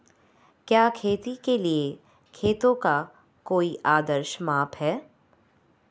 क्या खेती के लिए खेतों का कोई आदर्श माप है?